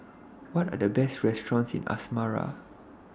What Are The Best restaurants in Asmara